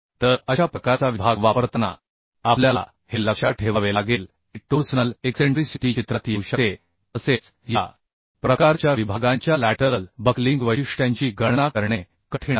तर अशा प्रकारचा विभाग वापरताना आपल्याला हे लक्षात ठेवावे लागेल की टोर्सनल एक्सेंट्रिसिटी चित्रात येऊ शकते तसेच या प्रकारच्या विभागांच्या बाजूकडील बक्लिंग वैशिष्ट्यांची गणना करणे कठीण आहे